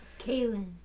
Kaylin